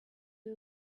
you